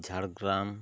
Jhargram